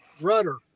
Rudder